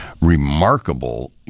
remarkable